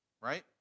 right